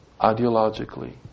ideologically